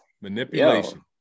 Manipulation